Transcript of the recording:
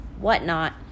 whatnot